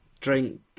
drink